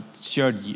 shared